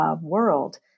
World